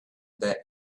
that